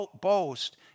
boast